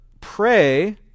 Pray